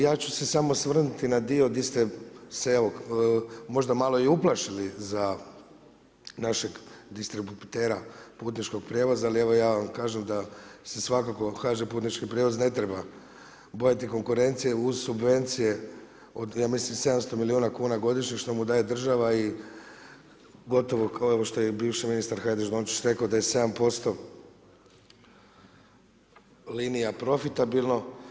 Ja ću se samo osvrnuti na dio gdje ste se možda malo i uplašili za našeg distributera putničkog prijevoza, ali evo ja vam kažem da se svakako HŽ Putnički prijevoz ne treba bojati konkurencije uz subvencije od ja mislim 700 milijuna kuna godišnje što mu daje država i gotovo evo što je i bivši ministar Hajdaš Dončić rekao da je 7% linija profitabilno.